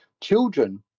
children